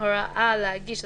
הוראה להגיש,